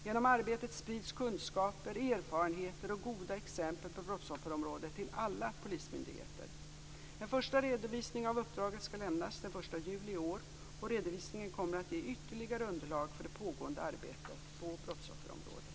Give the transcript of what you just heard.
Genom arbetet sprids kunskaper, erfarenheter och goda exempel på brottsofferområdet till alla polismyndigheter. En första redovisning av uppdraget skall lämnas den 1 juli i år. Redovisningen kommer att ge ytterligare underlag för det pågående arbetet på brottsofferområdet.